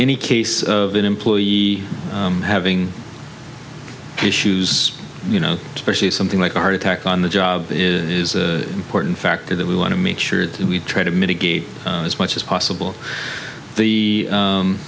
any case of an employee having issues you know especially something like art attack on the job is important factor that we want to make sure that we try to mitigate as much as possible the